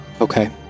Okay